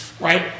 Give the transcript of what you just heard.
Right